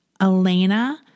Elena